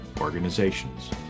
organizations